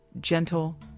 gentle